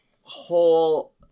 whole